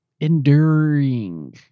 Enduring